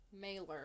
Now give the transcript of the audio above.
Mailer